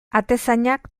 atezainak